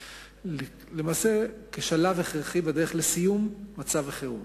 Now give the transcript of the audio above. למעשה כשלב הכרחי בדרך לסיום מצב החירום.